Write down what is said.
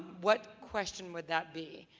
what question would that be?